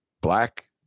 black